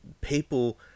people